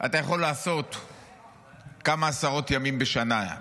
אתה יכול לעשות כמה עשרות ימים בשנה.